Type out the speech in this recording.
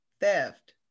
theft